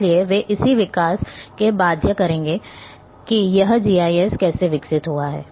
इसलिए वे इस विकास को बाध्य करेंगे कि यह जीआईएस कैसे विकसित हुआ है